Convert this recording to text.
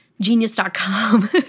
Genius.com